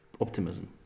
optimism